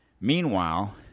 Meanwhile